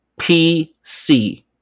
PC